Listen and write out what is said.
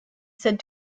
said